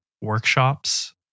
workshops